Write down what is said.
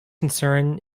concern